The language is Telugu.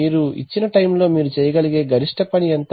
మీరు ఇచ్చిన టైమ్ లో మీరు చేయగలిగే గరిష్ట పని ఎంత